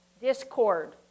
discord